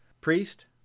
priest